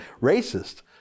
racist